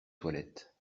toilettes